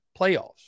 playoffs